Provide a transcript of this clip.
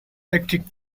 electric